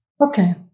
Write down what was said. Okay